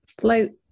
float